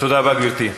תודה רבה, גברתי.